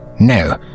no